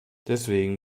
deswegen